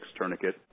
tourniquet